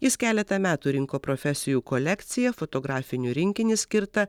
jis keletą metų rinko profesijų kolekciją fotografinių rinkinį skirtą